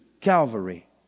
Calvary